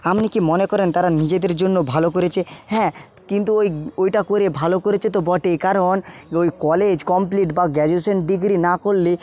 আপনি কি মনে করেন তারা নিজেদের জন্য ভালো করেছে হ্যাঁ কিন্তু ওই ওইটা করে ভালো করেছে তো বটেই কারণ ওই কলেজ কমপ্লিট বা গ্রাজুয়েশন ডিগ্রি না করলে